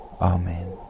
Amen